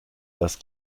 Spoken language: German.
das